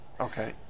Okay